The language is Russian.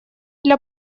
для